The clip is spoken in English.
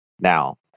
now